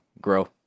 grow